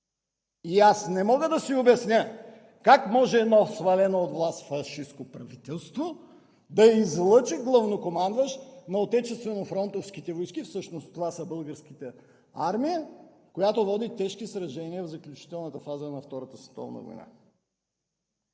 И аз не мога да си обясня как може едно свалено от власт фашистко правителство да излъчи главнокомандващ на отечественофронтовските войски – всъщност това е Българската армия, която води тежки сражения в заключителната фаза на Втората световна война!